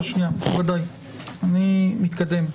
אני מתקדם.